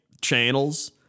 channels